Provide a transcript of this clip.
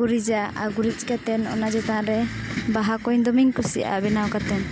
ᱜᱩᱨᱤᱡᱟ ᱟᱨ ᱜᱩᱨᱤᱡ ᱠᱟᱛᱮᱫ ᱚᱱᱟ ᱪᱮᱛᱟᱱᱨᱮ ᱵᱟᱦᱟᱠᱚᱧ ᱫᱚᱢᱮᱧ ᱠᱩᱥᱤᱭᱟᱜᱼᱟ ᱵᱮᱱᱟᱣ ᱠᱟᱛᱮᱫ